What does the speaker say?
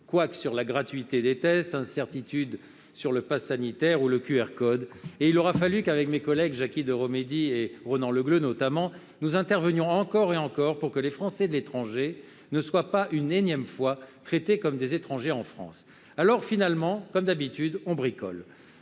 couacs sur la gratuité des tests, incertitudes sur le passe sanitaire ou le QR code ... Il aura fallu qu'avec mes collègues, Jacky Deromedi et Ronan Le Gleut notamment, nous intervenions encore et encore pour que les Français de l'étranger ne soient pas une énième fois traités comme des étrangers en France. Finalement, comme d'habitude, on bricole